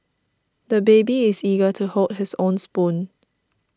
the baby is eager to hold his own spoon